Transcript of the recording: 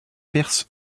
perses